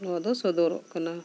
ᱱᱚᱣᱟ ᱫᱚ ᱥᱚᱫᱚᱨᱚᱜ ᱠᱟᱱᱟ